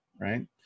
right